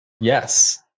Yes